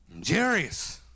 Jarius